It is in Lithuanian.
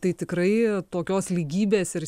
tai tikrai tokios lygybės ir